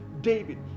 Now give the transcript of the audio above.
David